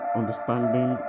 understanding